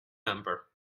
number